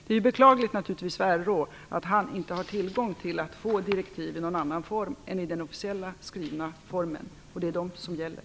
Det är naturligtvis beklagligt för RÅ att han inte har tillgång till direktiven i någon annan form än i den officiella skrivna formen, och det är dessa direktiv som gäller.